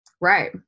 Right